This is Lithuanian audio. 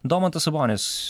domantas sabonis